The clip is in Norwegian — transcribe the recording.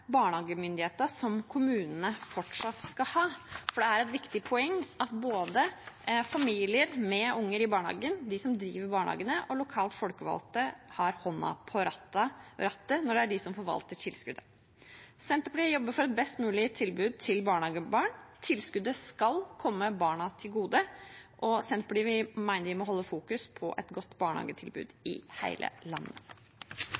som kommunene fortsatt skal ha. For det er et viktig poeng at både familier med barn i barnehagen, de som driver barnehagene, og lokalt folkevalgte har hånda på rattet når det er de som forvalter tilskuddet. Senterpartiet jobber for et best mulig tilbud til barnehagebarn. Tilskuddet skal komme barna til gode. Senterpartiet mener vi må holde fokus på et godt